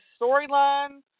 storyline